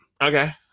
Okay